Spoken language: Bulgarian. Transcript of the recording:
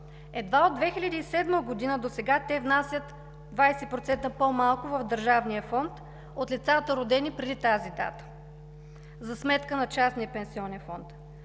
Едва от 2007 г. досега те внасят 20% по-малко в държавния фонд от лицата, родени преди тази дата, за сметка на частния пенсионен фонд.